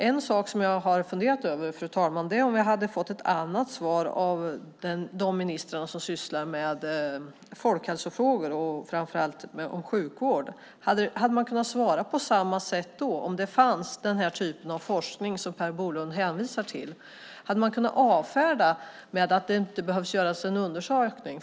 En sak som jag funderat över, fru talman, är om vi hade fått ett annat svar av de ministrar som sysslar med folkhälsofrågor, framför allt sjukvård. Hade man kunnat svara på samma sätt om den typen av forskning som Per Bolund hänvisar till fanns? Hade man kunnat avfärda det hela med att det inte behöver göras någon undersökning?